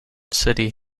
city